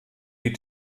die